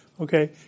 Okay